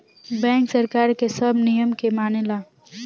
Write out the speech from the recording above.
bank सरकार के सब नियम के मानेला